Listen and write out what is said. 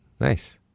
Nice